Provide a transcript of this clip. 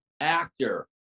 actor